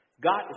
God